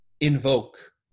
Invoke